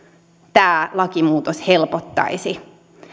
tämä lakimuutos helpottaisi